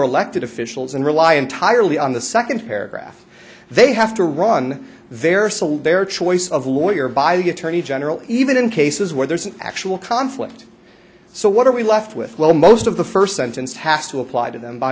elected officials and rely entirely on the second paragraph they have to run their soul their choice of lawyer by the attorney general even in cases where there's an actual conflict so what are we left with well most of the first sentence has to apply to them by